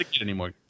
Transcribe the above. anymore